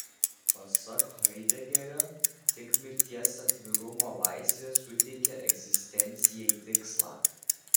pasak haidegerio tik mirties atvirumo laisvė suteikia egzistencijai tikslą